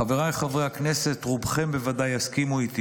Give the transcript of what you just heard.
חבריי חברי הכנסת, רובכם בוודאי יסכימו איתי